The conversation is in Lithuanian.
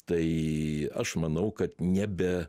tai aš manau kad ne be